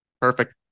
Perfect